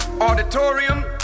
auditorium